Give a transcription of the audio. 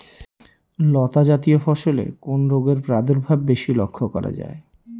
লতাজাতীয় ফসলে কোন রোগের প্রাদুর্ভাব বেশি লক্ষ্য করা যায়?